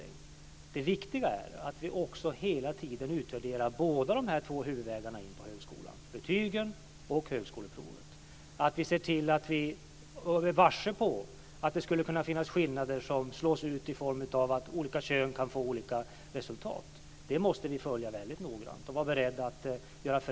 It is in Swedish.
Det viktiga är att vi hela tiden utvärderar båda dessa huvudvägar in på högskolan: betygen och högskoleprovet. Vi bör bli varse att det skulle kunna finnas skillnader som visar sig i form av att olika kön får olika resultat. Det måste vi följa väldigt noggrant och i så fall vara beredda att förändra.